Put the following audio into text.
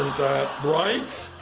that right?